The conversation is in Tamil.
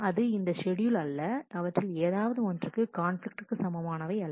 அது இந்த ஷெட்யூல் அல்ல அவற்றில் ஏதாவது ஒன்றுக்கு கான்பிலிக்ட் சமமானவை அல்ல